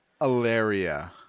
Alaria